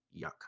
Yuck